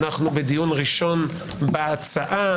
אנחנו בדיון ראשון בהצעה.